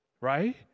right